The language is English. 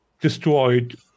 destroyed